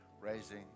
raising